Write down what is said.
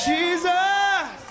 Jesus